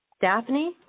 Daphne